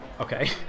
okay